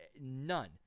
none